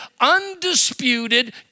undisputed